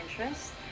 interest